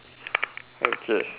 okay